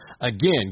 Again